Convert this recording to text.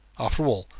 after all,